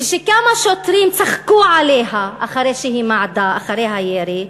וכמה שוטרים צחקו עליה אחרי שהיא מעדה אחרי הירי,